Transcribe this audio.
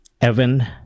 Evan